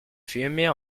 fumer